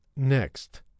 next